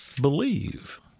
believe